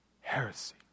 heresy